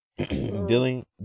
dealing